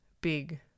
big